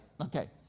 Okay